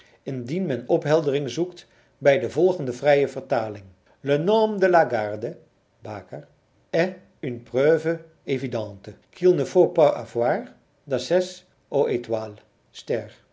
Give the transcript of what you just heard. indien men opheldering zoekt bij de volgende vrije vertaling le nom de la garde baker est une